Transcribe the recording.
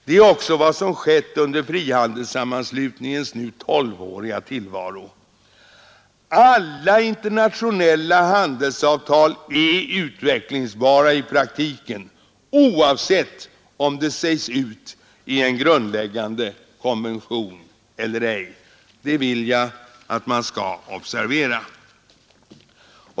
Det är också vad som skett under frihandelssammanslutningens nu 12-åriga tillvaro. Alla internationella handelsavtal är utvecklingsbara i praktiken, oavsett om det sägs ut i en grundläggande konvention eller ej. Det vill jag att man skall observera.